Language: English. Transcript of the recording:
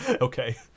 Okay